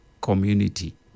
community